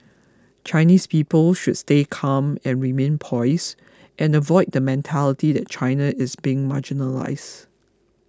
Chinese people should stay calm and remain poised and avoid the mentality that China is being marginalised